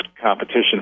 competition